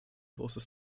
großes